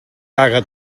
caga